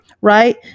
Right